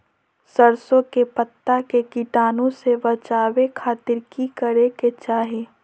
सरसों के पत्ता के कीटाणु से बचावे खातिर की करे के चाही?